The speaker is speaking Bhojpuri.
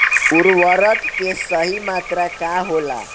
उर्वरक के सही मात्रा का होला?